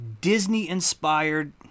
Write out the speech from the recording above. Disney-inspired